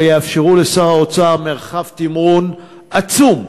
אלה יאפשרו לשר האוצר מרחב תמרון עצום.